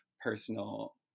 personal